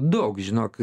daug žinok